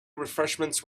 refreshments